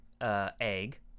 egg